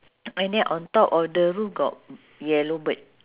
and then on top of the roof got yellow bird